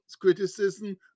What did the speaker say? criticism